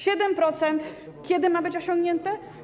7% - kiedy ma być osiągnięte?